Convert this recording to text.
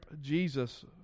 Jesus